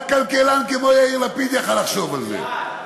רק כלכלן כמו יאיר לפיד יכול לחשוב על זה.